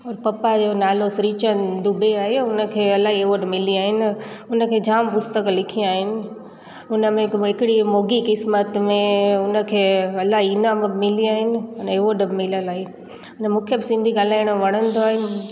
और पप्पा जो नालो श्री चंद डुबे आहे हुनखे इलाही अवॉड मिली आहिनि हुनखे जाम पुस्तक लिखी आहिनि हुनमें हिकु मूं हिकिड़ी मोगी क़िस्मतु में हुनखे इलाही इनाम बि मिली आहिनि अने अवॉड मिल इलाही मूंखे ब सिंधी ॻाल्हायण वणंदो आहिनि